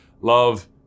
love